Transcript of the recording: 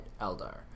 Eldar